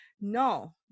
No